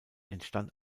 entstand